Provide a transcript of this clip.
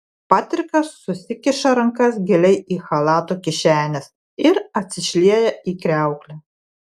patrikas susikiša rankas giliai į chalato kišenes ir atsišlieja į kriauklę